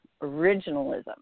originalism